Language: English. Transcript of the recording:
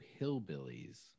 hillbillies